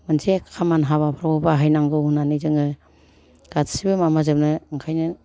मोनसे खामानि हाबाफ्रावबो बाहायनांगौ होन्नानै जोङो गासिबो माबाजोबनो ओंखायनो